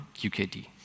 QKD